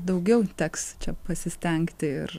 daugiau teks čia pasistengti ir